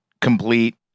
Complete